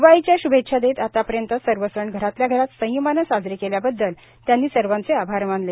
दिवाळीच्या श्भेच्छा देत आतापर्यंत सर्व सण घरातल्या घरात संयमाने साजरे केल्याबद्दल सर्वांचे आभार मानले